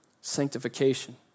sanctification